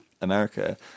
America